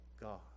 God